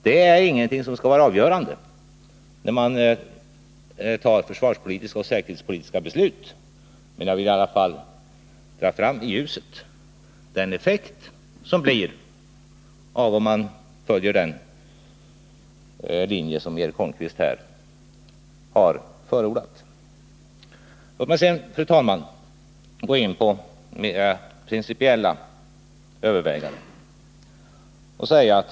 Detta skall inte vara avgörande när man fattar försvarspolitiska och säkerhetspolitiska beslut, men jag vill ändå dra fram i ljuset den effekt som den linje som Eric Holmqvist här har förordat skulle få. Låt mig härefter, fru talman, gå in på mera principiella överväganden.